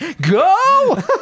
Go